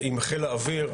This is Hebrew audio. עם חיל האוויר.